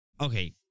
Okay